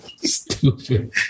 Stupid